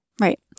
Right